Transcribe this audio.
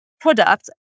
product